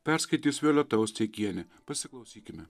perskaitys violeta osteikienė pasiklausykime